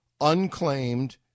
unclaimed